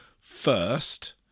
first